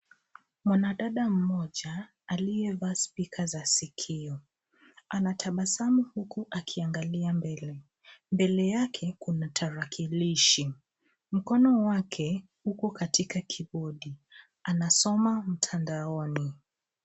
Mwanadada mmoja aliyevaa spika za sikio anatabasamu uku akiangalia mbele. Mbele yake kuna tarakilishi, mkono wake uko katika kibodi, anasoma mtandaoni.